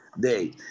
day